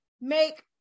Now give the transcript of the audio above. make